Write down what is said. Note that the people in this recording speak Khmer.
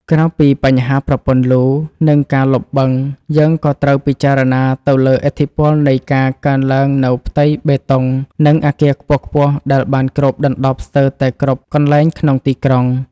ក្រៅពីបញ្ហាប្រព័ន្ធលូ និងការលុបបឹង យើងក៏ត្រូវពិចារណាទៅលើឥទ្ធិពលនៃការកើនឡើងនូវផ្ទៃបេតុង និងអគារខ្ពស់ៗដែលបានគ្របដណ្តប់ស្ទើរតែគ្រប់កន្លែងក្នុងទីក្រុង។